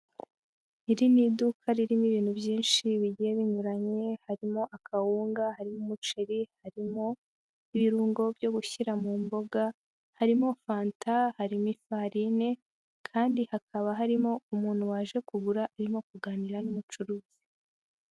Iri ni iduka ririmo ibintu byinshi bigiye binyuranye, harimo akawunga, harimo umuceri, harimo ibirungo byo gushyira mu mboga, harimo fanta, harimo ifarine kandi hakaba harimo umuntu waje kugura arimo kuganira n'umucuruzi.